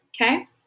okay